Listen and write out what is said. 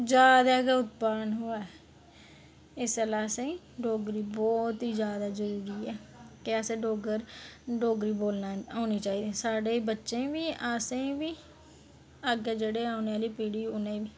जादै गै उत्पन्न होऐ इस गल्ला असें गी डोगरी बहुत ई जादा जरूरी ऐ कि असें डुग्गर डोगरी बोलना औनी चाहिदी साढ़े बच्चे बी असें ई बी अग्गें जेह्ड़ी औने आह्ली पीढ़ी उनें ई बी